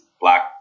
black